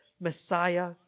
messiah